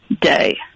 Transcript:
day